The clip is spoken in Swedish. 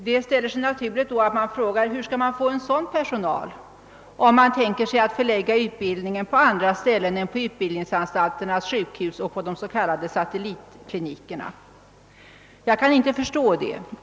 Det ställer sig då naturligt att fråga hur man skall få en sådan personal, om utbildningen skall förläggas till andra ställen än utbildningsanstalternas sjukhus och de s.k. satellitklinikerna. Jag kan inte förstå det.